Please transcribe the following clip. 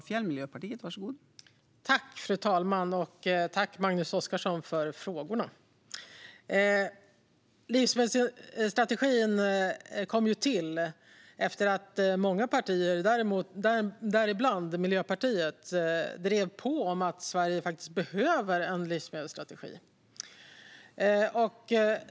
Fru talman! Livsmedelsstrategin kom ju till efter att många partier, däribland Miljöpartiet, drev på om att Sverige behöver en livsmedelsstrategi.